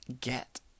get